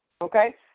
okay